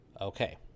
Okay